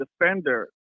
defender